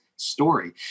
story